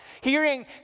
hearing